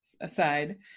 aside